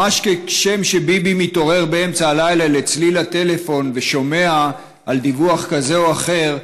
ממש כשם שביבי מתעורר באמצע הלילה לצליל הטלפון ושומע דיווח כזה או אחר,